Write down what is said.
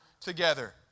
together